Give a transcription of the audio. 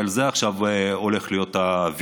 הרי על זה עכשיו הולך להיות הוויכוח.